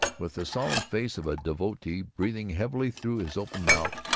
with the solemn face of a devotee, breathing heavily through his open mouth,